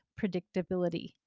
predictability